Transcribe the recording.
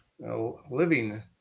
living